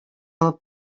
алып